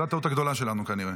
זאת הטעות הגדולה שלנו, כנראה.